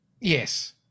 yes